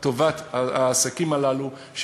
לטובת העסקים הללו,